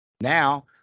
Now